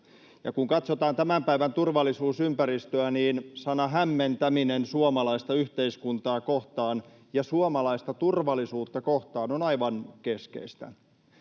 ja kun katsotaan tämän päivän turvallisuusympäristöä, niin sana ”hämmentäminen” suomalaista yhteiskuntaa kohtaan ja suomalaista turvallisuutta kohtaan on aivan keskeistä.